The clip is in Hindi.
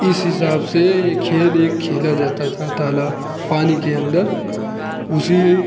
इस हिसाब से एक खेल यह खेला जाता था तालाब पानी के अंदर उसी